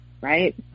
right